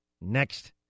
Next